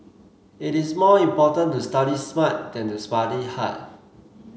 it is more important to study smart than to study hard